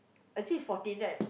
actually it's fourteen right